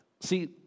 See